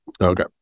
Okay